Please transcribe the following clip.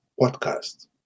podcast